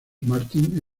martin